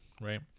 right